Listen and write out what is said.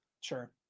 Sure